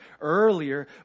earlier